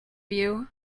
view